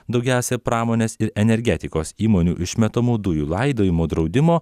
daugiausia pramonės ir energetikos įmonių išmetamų dujų laidojimo draudimo